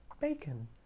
bacon